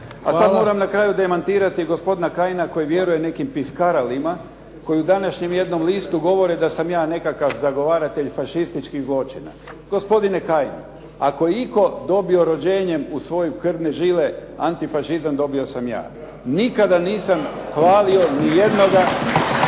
A sad moram na kraju demantirati gospodina Kajina koji vjeruje nekim piskaralima koji u današnjem jednom listu govore da sam ja nekakav zagovaratelj fašističkih zločina. Gospodine Kajin, ako je itko dobio rođenjem u svoje krvne žile antifašizam, dobio sam ja. Nikada nisam hvalio ni jednoga